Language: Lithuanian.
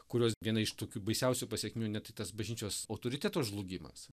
kurios viena iš tokių baisiausių pasekmių ane tai tas bažnyčios autoriteto žlugimas